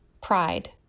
Pride